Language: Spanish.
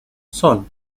son